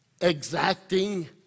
exacting